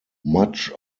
much